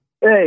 Hey